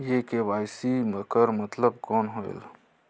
ये के.वाई.सी कर मतलब कौन होएल?